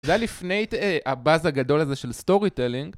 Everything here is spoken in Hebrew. זה היה לפני הבאז הגדול הזה של סטורי טלינג